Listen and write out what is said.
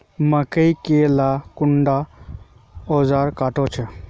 मकई के ला कुंडा ओजार काट छै?